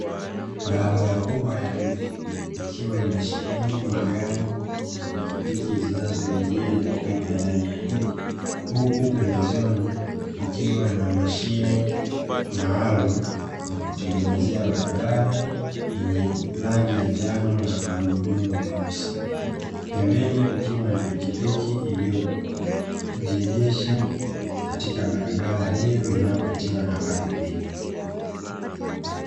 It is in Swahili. Barabara kubwa ya mji, ikiwa imesheheni magari na pikipiki zinazoingia na kutoka ndani ya mji. Huku pembezoni kukiwa na mashine maalumu ya kutengenezea barabara, yenye rangi ya njano na magurudumu meusi. Pembeni kuna pikipiki iliyoegeshwa katika barabara hiyo inayopitiwa na watu pia.